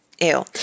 Ew